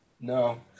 No